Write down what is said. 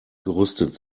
gerüstet